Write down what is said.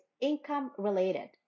income-related